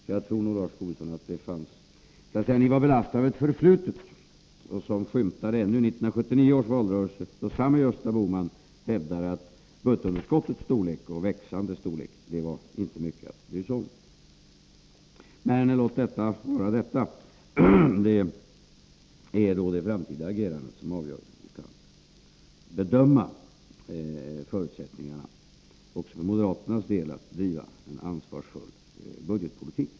Ni var alltså, Lars Tobisson, belastade med ett förflutet som skymtade ännu vid 1979 års valrörelse, då samme Gösta Bohman hävdade att budgetunderskottets växande storlek inte var mycket att bry sig om. Detta om detta. Det är ändå det framtida agerandet som avgör — och det gäller även moderaterna — hur man skall bedöma förutsättningarna för att driva en ansvarsfull budgetpolitik.